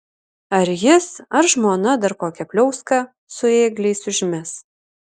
ar jis ar žmona dar kokią pliauską su ėgliais užmes